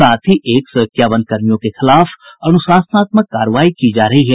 साथ ही एक सौ इक्यावन कर्मियों के खिलाफ अनुशासनात्मक कार्रवाई की जा रही है